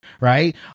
right